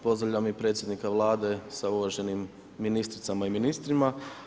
Pozdravljam i predsjednika Vlade sa uvaženim ministricama i ministrima.